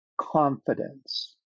confidence